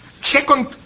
Second